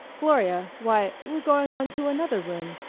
gloria, why, we're going on to another room.